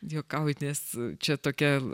juokauju nes čia tokia